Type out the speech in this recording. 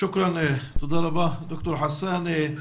תודה רבה ד"ר חסאן.